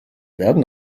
werden